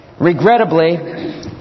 Regrettably